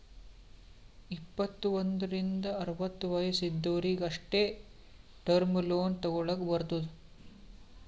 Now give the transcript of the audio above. ಇಪ್ಪತ್ತು ಒಂದ್ರಿಂದ್ ಅರವತ್ತ ವಯಸ್ಸ್ ಇದ್ದೊರಿಗ್ ಅಷ್ಟೇ ಟರ್ಮ್ ಲೋನ್ ತಗೊಲ್ಲಕ್ ಬರ್ತುದ್